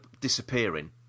disappearing